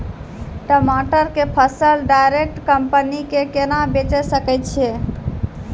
टमाटर के फसल डायरेक्ट कंपनी के केना बेचे सकय छियै?